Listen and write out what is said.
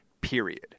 Period